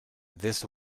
this